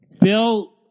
Bill